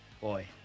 Boy